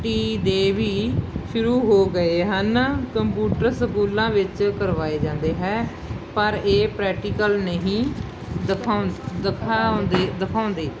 T ਦੇ ਵੀ ਸ਼ੁਰੂ ਹੋ ਗਏ ਹਨ ਕੰਪੂਟਰ ਸਕੂਲਾਂ ਵਿੱਚ ਕਰਵਾਏ ਜਾਂਦੇ ਹੈ ਪਰ ਇਹ ਪ੍ਰੈਕਟੀਕਲ ਨਹੀਂ ਦਿਖਾਉ ਦਿਖਾਉਂਦੇ ਦਿਖਾਉਂਦੇ